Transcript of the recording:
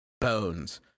bones